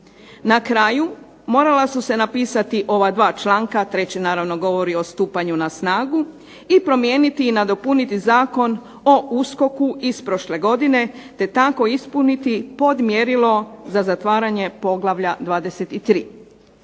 Na kraju morala su se napisati ova dva članka. Treći naravno govori o stupanju na snagu i promijeniti i nadopuniti Zakon o USKOK-u iz prošle godine, te tako ispuniti podmjerilo za zatvaranje poglavlja 23.